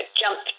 jump